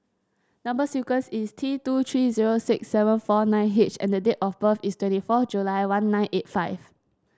number sequence is T two three zero six seven four nine H and the date of birth is twenty four July one nine eight five